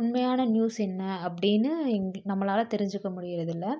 உண்மையான நியூஸ் என்ன அப்படின்னு எங் நம்மளால் தெரிஞ்சிக்க முடியறதில்லை